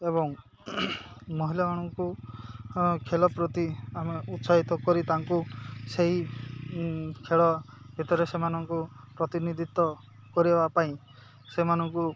ଏବଂ ମହିଳାମାନଙ୍କୁ ଖେଳ ପ୍ରତି ଆମେ ଉତ୍ସାହିତ କରି ତାଙ୍କୁ ସେହି ଖେଳ ଭିତରେ ସେମାନଙ୍କୁ ପ୍ରତିନିଧିତ୍ୱ କରିବା ପାଇଁ ସେମାନଙ୍କୁ